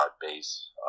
base